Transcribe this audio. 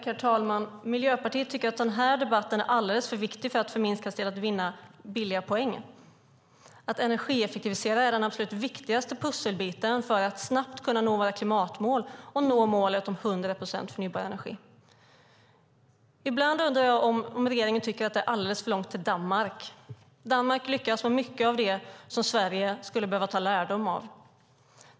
Herr talman! Miljöpartiet tycker att den här debatten är alldeles för viktig för att förminskas till att vinna billiga poänger. Att energieffektivisera är den absolut viktigaste pusselbiten för att snabbt kunna nå våra klimatmål och nå målet om 100 procent förnybar energi. Ibland undrar jag om regeringen tycker att det är alldeles för långt till Danmark. Danmark lyckas med mycket av det som Sverige skulle behöva dra lärdom av.